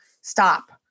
stop